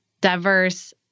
diverse